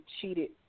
cheated